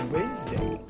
Wednesday